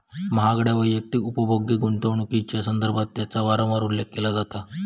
महागड्या वैयक्तिक उपभोग्य गुंतवणुकीच्यो संदर्भात याचा वारंवार उल्लेख केला जाता